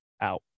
out